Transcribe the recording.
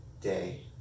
day